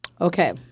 Okay